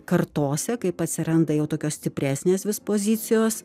kartose kaip atsiranda jau tokios stipresnės vis pozicijos